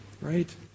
right